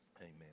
Amen